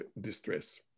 distress